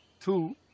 two